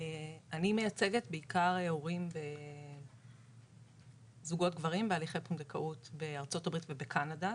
אני מייצגת בעיקר זוגות גברים בהליכי פונדקאות בארצות הברית ובקנדה,